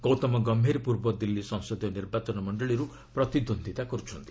ଗୌତମ ଗମ୍ଭୀର ପୂର୍ବ ଦିଲ୍ଲୀ ସଂସଦୀୟ ନିର୍ବାଚନ ମଣ୍ଡଳୀରୁ ପ୍ରତିଦ୍ୱନ୍ଦ୍ୱିତା କରୁଛନ୍ତି